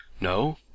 No